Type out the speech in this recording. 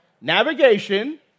navigation